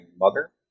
mother